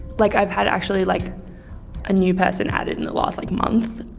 like i've had actually like a new person added in the last like month.